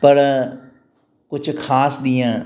पर कुझु ख़ासि ॾींहं